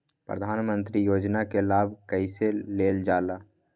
प्रधानमंत्री योजना कि लाभ कइसे लेलजाला?